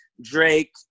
Drake